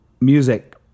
music